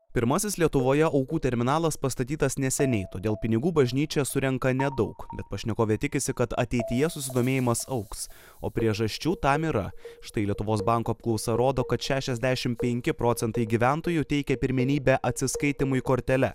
pirmasis lietuvoje aukų terminalas pastatytas neseniai todėl pinigų bažnyčia surenka nedaug bet pašnekovė tikisi kad ateityje susidomėjimas augs o priežasčių tam yra štai lietuvos banko apklausa rodo kad šešiasdešimt penki procentai gyventojų teikia pirmenybę atsiskaitymui kortele